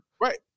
Right